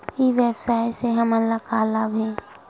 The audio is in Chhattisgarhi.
ई व्यवसाय से हमन ला का लाभ हे?